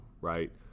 Right